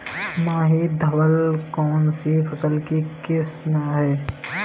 माही धवल कौनसी फसल की किस्म है?